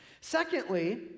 Secondly